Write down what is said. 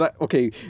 Okay